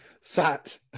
sat